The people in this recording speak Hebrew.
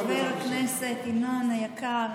חבר הכנסת ינון היקר.